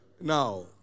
Now